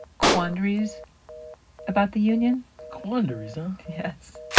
quandaries about the union quandaries, huh? yes.